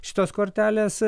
šitos kortelės